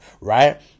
right